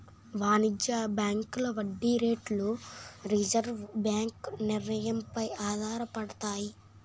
వాణిజ్య బ్యాంకుల వడ్డీ రేట్లు రిజర్వు బ్యాంకు నిర్ణయం పై ఆధారపడతాయి